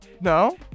No